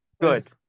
Good